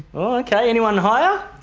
like yeah anyone higher?